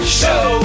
show